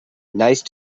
nice